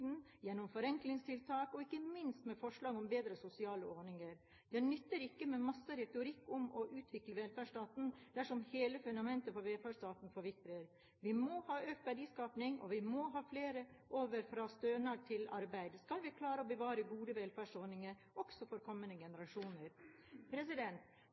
gjennom forenklingstiltak og forslag om bedre sosiale ordninger. Det nytter ikke med masse retorikk om å utvikle velferdsstaten, dersom hele fundamentet for velferdsstaten forvitrer. Vi må ha økt verdiskaping, og vi må ha flere over fra stønad til arbeid skal vi klare å bevare gode velferdsordninger også for kommende